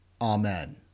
Amen